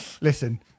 listen